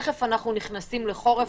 תכף אנחנו נכנסים לחורף.